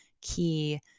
key